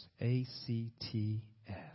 A-C-T-S